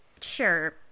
sure